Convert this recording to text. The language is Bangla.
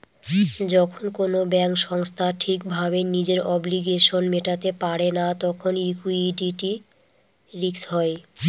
যখন কোনো ব্যাঙ্ক সংস্থা ঠিক ভাবে নিজের অব্লিগেশনস মেটাতে পারে না তখন লিকুইডিটি রিস্ক হয়